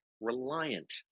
reliant